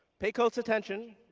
pay close attention,